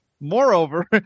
Moreover